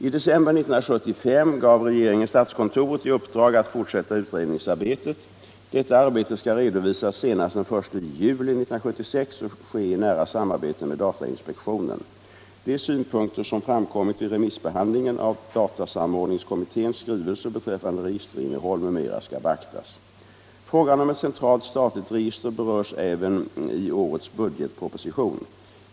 I december 1975 gav regeringen statskontoret i uppdrag att fortsätta utredningsarbetet. Detta arbete skall redovisas senast den 1 juli 1976 och ske i nära samarbete med datainspektionen. De synpunkter som framkommit vid remissbehandlingen av datasamordningskommitténs skrivelse beträffande registerinnehåll m.m. skall beaktas. Frågan om ett centralt statligt register berörs även i årets budgetproposition.